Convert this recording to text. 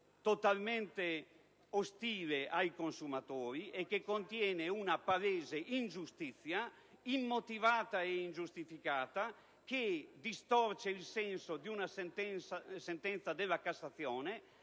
totalmente ostile ai consumatori e che contiene una palese ingiustizia, immotivata e ingiustificata, che distorce il senso di una sentenza della Cassazione: